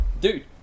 dude